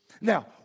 Now